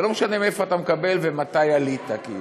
זה לא משנה מאיפה אתה מקבל ומתי עלית.